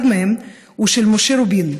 אחד מהם הוא של משה רובין,